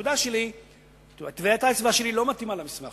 שבתעודה שלי טביעת האצבע לא מתאימה למסמך.